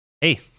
Hey